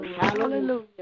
Hallelujah